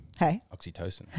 Oxytocin